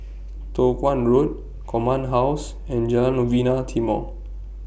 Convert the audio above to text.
Toh Guan Road Command House and Jalan Novena Timor